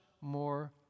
more